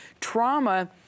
trauma